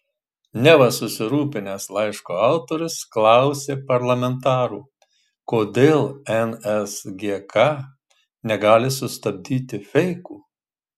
neva susirūpinęs laiško autorius klausė parlamentarų kodėl nsgk negali sustabdyti feikų